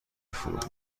فروخت